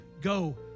go